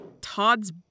Todd's